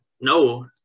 no